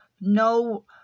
no